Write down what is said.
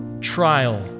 trial